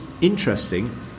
interesting